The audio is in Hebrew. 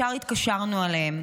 ישר התקשרנו אליהם.